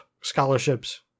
scholarships